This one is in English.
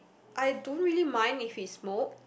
I don't really mind if he's smoke